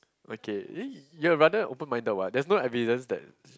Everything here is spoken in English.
okay eh you're rather open minded what there's no evidence that